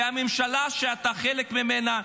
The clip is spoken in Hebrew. והממשלה שאתה חלק ממנה,